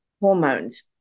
hormones